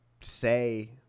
say